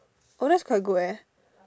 oh that's quite good eh